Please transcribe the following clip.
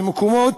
למה?